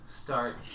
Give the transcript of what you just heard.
start